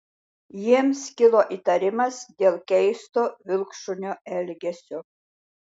jiems kilo įtarimas dėl keisto vilkšunio elgesio